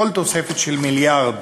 כל תוספת של מיליארד